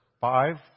five